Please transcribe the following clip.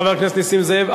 חבר הכנסת נסים זאב,